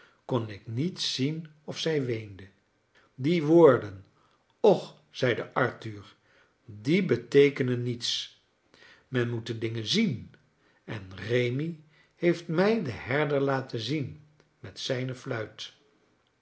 kon ik niet zien of zij weende die woorden och zeide arthur die beteekenen niets men moet de dingen zien en rémi heeft mij den herder laten zien met